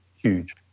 huge